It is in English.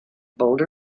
boulder